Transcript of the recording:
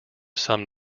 some